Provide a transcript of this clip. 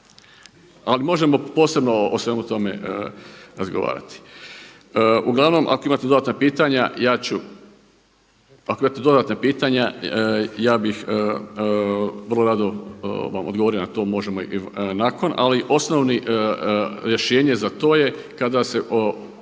Ali možemo posebno o svemu tome razgovarati. Uglavnom ako imate dodatna pitanja ja bih vrlo rado vam odgovorio na to. Možemo i nakon, ali osnovno rješenje za to je kada se